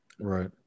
Right